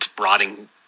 rotting